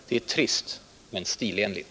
Det är trist men stilenligt!